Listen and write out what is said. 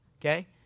okay